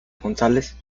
gonzález